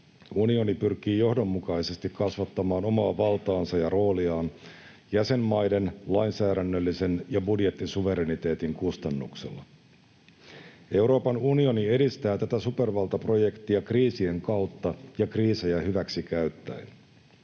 unioni pyrkii johdonmukaisesti kasvattamaan omaa valtaansa ja rooliaan jäsenmaiden lainsäädännöllisen ja budjettisuvereniteetin kustannuksella. Euroopan unioni edistää tätä supervaltaprojektia kriisien kautta ja kriisejä hyväksikäyttäen.